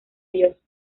dios